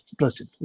Listen